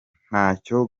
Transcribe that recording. ntacyo